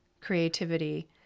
creativity